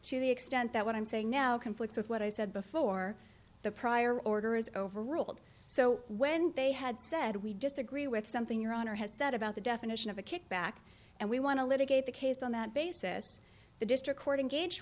to the extent that what i'm saying now conflicts with what i said before the prior order is overruled so when they had said we disagree with something your honor has said about the definition of a kickback and we want to litigate the case on that basis the district court and gauge